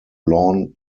lawn